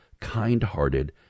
kind-hearted